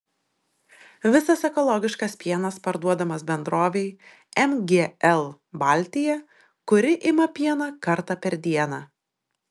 visas ekologiškas pienas parduodamas bendrovei mgl baltija kuri ima pieną kartą per dieną